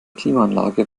klimaanlage